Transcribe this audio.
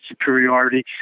superiority